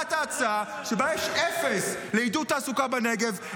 את ההצעה שבה יש אפס לעידוד תעסוקה בנגב,